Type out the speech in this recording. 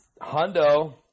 Hundo